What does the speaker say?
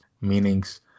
meanings